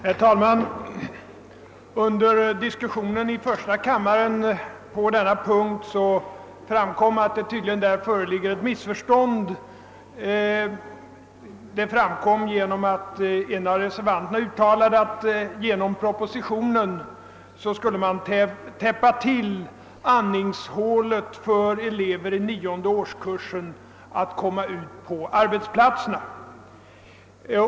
Herr talman! Under diskussionen i första kammaren om detta ärende framkom att det tydligen förelåg ett missförstånd; en av reservanterna uttalade att man genom propositionsförslaget skulle täppa till det andningshål som elever i årskurs 9 haft genom möjligheten att komma ut på arbetsplatserna.